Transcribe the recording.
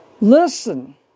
Listen